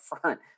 front